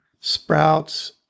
sprouts